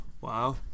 Wow